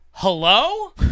Hello